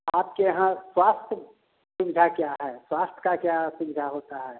आपके यहाँ स्वास्थ्य सुविधा क्या है स्वास्थ्य की क्या सुविधा होती है